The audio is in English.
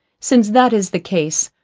since that is the case,